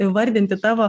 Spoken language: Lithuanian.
įvarvinti tavo